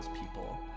people